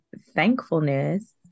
thankfulness